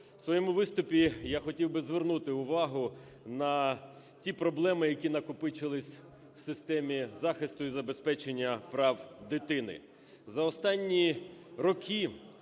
В своєму виступі я хотів би звернути увагу на ті проблеми, які накопичились в системі захисту і забезпечення прав дитини. За останні роки